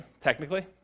technically